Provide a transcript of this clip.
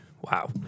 Wow